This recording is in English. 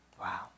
Wow